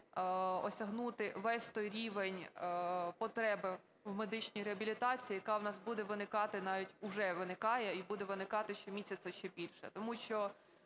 осягнути весь той рівень потреби в медичній реабілітації, яка в нас буде виникати, навіть уже виникає, і буде виникати щомісяця ще більше.